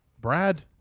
Brad